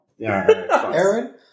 Aaron